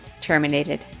terminated